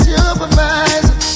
Supervisor